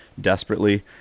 desperately